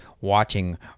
watching